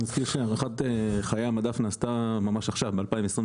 אני מזכיר שהערכת חיי המדף נעשתה ממש עכשיו ב-2023,